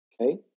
okay